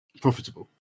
Profitable